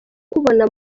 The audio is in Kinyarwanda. kubona